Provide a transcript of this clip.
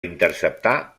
interceptar